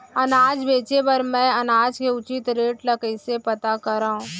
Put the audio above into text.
अनाज बेचे बर मैं अनाज के उचित रेट ल कइसे पता करो?